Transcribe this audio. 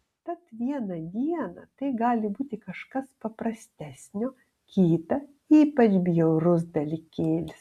tad vieną dieną tai gali būti kažkas paprastesnio kitą ypač bjaurus dalykėlis